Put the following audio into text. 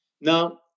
Now